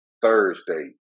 Thursday